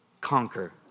conquer